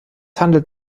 handelt